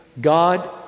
God